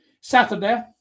Saturday